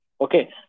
Okay